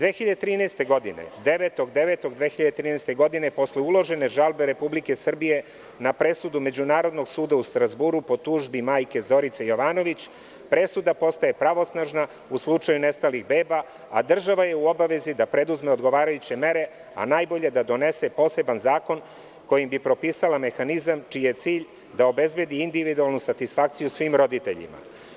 Devetog septembra 2013. godine, posle uložene žalbe Republike Srbije na presudu Međunarodnog suda u Strazburu, po tužbi majke Zorice Jovanović, presuda postaje pravosnažna u slučaju nestalih beba, a država je u obavezi da preduzme odgovarajuće mere, a najbolje da donese poseban zakon kojim bi propisala mehanizam čiji je cilj da obezbedi individualno satisfakciju svim roditeljima.